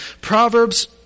Proverbs